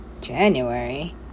January